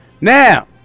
now